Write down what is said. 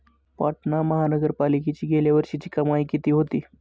पाटणा महानगरपालिकेची गेल्या वर्षीची कमाई किती होती?